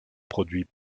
produit